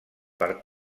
per